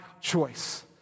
choice